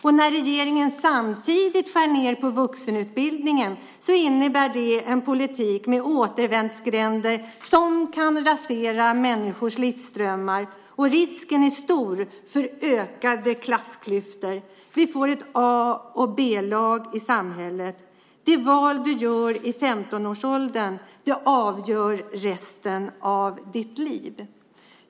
Och när regeringen samtidigt skär ned på vuxenutbildningen innebär det en politik med återvändsgränder som kan rasera människors livsdrömmar. Och risken är stor för ökade klassklyftor. Vi får ett A och ett B-lag i samhället. Det val som du gör i 15-årsåldern avgör resten av ditt liv.